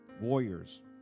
warriors